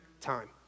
time